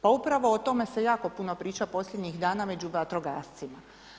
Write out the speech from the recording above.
Pa upravo o tome se jako puno priča posljednjih dana među vatrogascima.